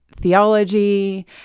theology